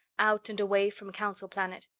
out and way from council planet.